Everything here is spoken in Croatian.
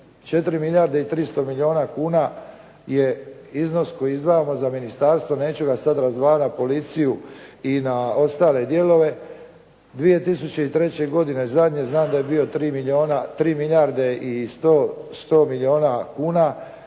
4 milijarde i 300 milijuna kuna je iznos koji izdvajamo za ministarstvo, neću ga sad …/Govornik se ne razumije./… policiju i na ostale dijelove. 2003. godine zadnje znam da je bio 3 milijarde i 100 milijuna kuna.